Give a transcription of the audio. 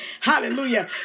hallelujah